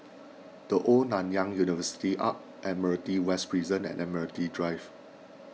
the Old Nanyang University Arch Admiralty West Prison and Admiralty Drive